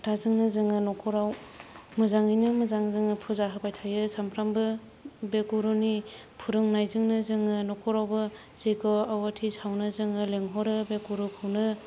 खोथाजोंनो जों नखराव मोजाङैनो मोजां जों फुजा होबाय थायो सानफ्रामबो बे गुरुनि फोरोंनायजोंनो जों नखरावबो जग्य आहुति सावनो जोङो लेंहरो बे गुरुखौनो